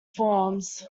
forms